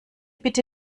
bitte